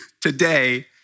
today